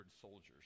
soldiers